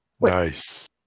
Nice